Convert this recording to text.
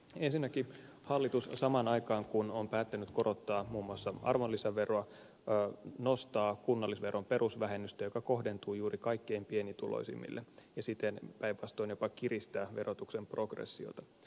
ensinnäkin hallitus samaan aikaan kun on päättänyt korottaa muun muassa arvonlisäveroa nostaa kunnallisveron perusvähennystä joka kohdentuu juuri kaikkein pienituloisimmille ja siten päinvastoin jopa kiristää verotuksen progressiota